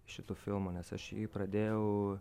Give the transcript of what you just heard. šituo filmu nes aš jį pradėjau